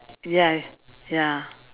ya ya